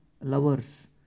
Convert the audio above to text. lovers